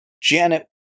Janet